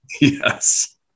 Yes